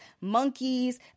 monkeys